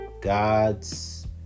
God's